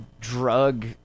drug